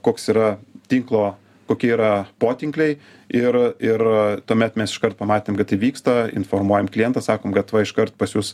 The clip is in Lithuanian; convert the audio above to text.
koks yra tinklo kokie yra potinkliai ir ir tuomet mes iškart pamatėm kad tai vyksta informuojam klientą sakom kad va iškart pas jus